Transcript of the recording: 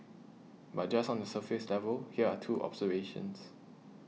but just on the surface level here are two observations